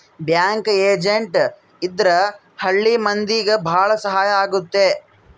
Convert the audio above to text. bank agent ಇದ್ರ ಹಳ್ಳಿ ಮಂದಿಗೆ ಭಾಳ ಸಹಾಯ ಆಗುತ್ತೆ